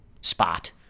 spot